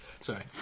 Sorry